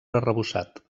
arrebossat